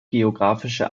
geographische